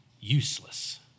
useless